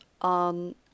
on